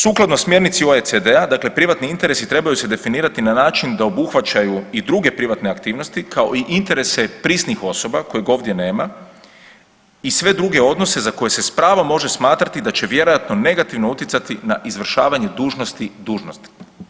Sukladno smjernici OECD-a, dakle privatni interesi trebaju se definirati na način da obuhvaćaju i druge privatne aktivnosti kao i interese prisnih osoba kojih ovdje nema, i sve druge odnose za koje se s pravom može smatrati da će vjerojatno negativno utjecati na izvršavanje dužnosti, dužnost.